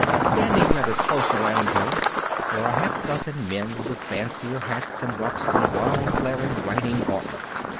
standing rather close around her were a half dozen men with fancier hats and ruffs and wide-flaring riding gauntlets.